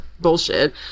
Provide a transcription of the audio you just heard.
bullshit